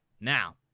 Now